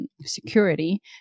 security